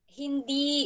hindi